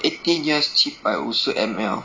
eighteen years 七百五十 M_L